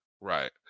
Right